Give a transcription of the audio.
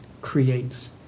creates